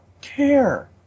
care